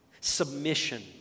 submission